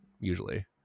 usually